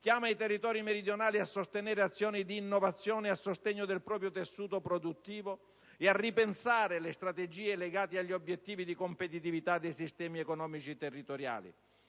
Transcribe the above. chiama i territori meridionali a sostenere azioni di innovazione a sostegno del proprio tessuto produttivo e a ripensare le strategie legate agli obiettivi di competitività dei sistemi economici territoriali.